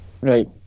Right